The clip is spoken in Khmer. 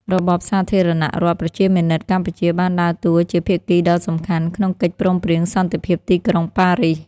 របបសាធារណរដ្ឋប្រជាមានិតកម្ពុជាបានដើរតួជាភាគីដ៏សំខាន់ក្នុងកិច្ចព្រមព្រៀងសន្តិភាពទីក្រុងប៉ារីស។